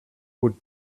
would